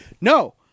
no